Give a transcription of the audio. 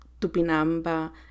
Tupinamba